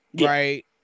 Right